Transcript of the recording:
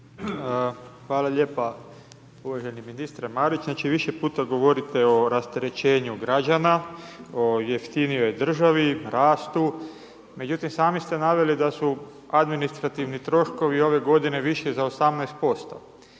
Hvala lijepo uvaženi ministre Marić, znači više puta govorite o rasterećenju građana, o jeftinijoj državi, rastu, međutim, sami ste naveli da su administrativni troškovi, ove g. viši za 18%.